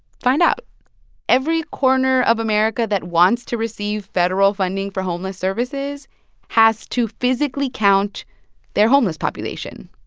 find out every corner of america that wants to receive federal funding for homeless services has to physically count their homeless population,